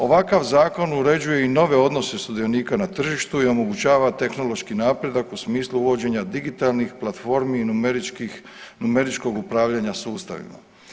Ovakav zakon uređuje i nove odnose sudionika na tržištu i omogućava tehnološki napredak u smislu uvođenja digitalnih platformi i numeričkog upravljanja sustavima.